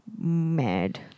Mad